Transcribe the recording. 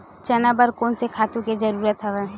चना बर कोन से खातु के जरूरत हवय?